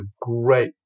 great